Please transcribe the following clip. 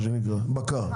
לחלב בקר.